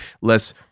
less